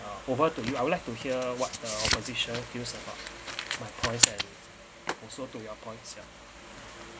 uh over to you I would like to hear what the opposition feel about my points and also to your points yeah